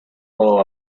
follow